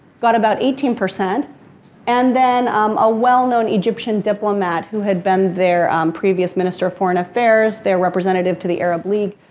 got about eighteen. and then um a well known egyptian diplomat who had been their previous minister of foreign affairs, their representative to the arab league,